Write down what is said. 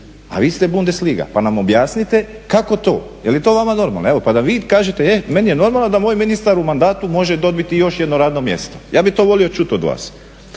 a vi ste Bundesliga pa nam objasnite kako to? Jeli to vama normalno pa da vi kažete e meni je normalno da moj ministar u mandatu može dobiti još jedno radno mjesto, ja bi to volio čuti od vas.